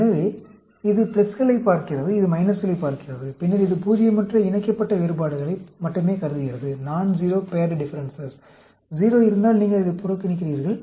எனவே இது பிளஸ்களைப் பார்க்கிறது இது மைனஸ்களைப் பார்க்கிறது பின்னர் இது பூஜ்யமற்ற இணைக்கப்பட்ட வேறுபாடுகளை மட்டுமே கருதுகிறது 0 இருந்தால் நீங்கள் அதை புறக்கணிக்கிறீர்கள்